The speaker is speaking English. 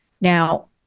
Now